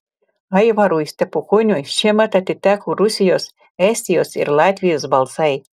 aivarui stepukoniui šiemet atiteko rusijos estijos ir latvijos balsai